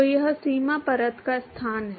तो यह सीमा परत का स्थान है